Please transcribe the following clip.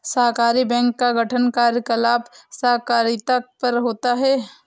सहकारी बैंक का गठन कार्यकलाप सहकारिता पर होता है